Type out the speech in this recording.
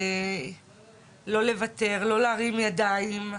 לא לוותר, לא להרים ידיים.